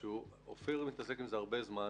אופיר מתעסק עם זה הרבה זמן.